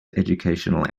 educational